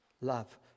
love